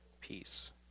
peace